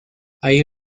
ahí